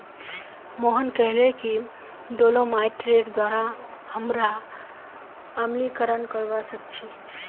मोहन कहले कि डोलोमाइटेर द्वारा हमरा अम्लीकरण करवा सख छी